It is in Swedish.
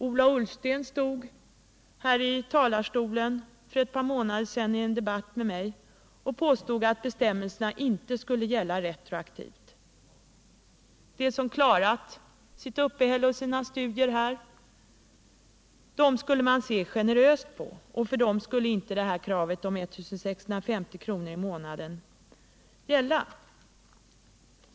Ola Ullsten stod här i talarstolen för ett par månader sedan och påstod i en debatt med mig att bestämmelserna inte skulle gälla retroaktivt. Man skulle se generöst på dem som klarat sitt uppehälle och sina studier här, och för dem skulle inte kravet på 1 650 kr. i månaden gälla.